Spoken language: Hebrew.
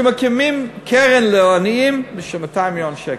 שמקימים קרן לעניים של 200 מיליון שקל,